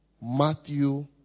Matthew